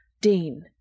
Dean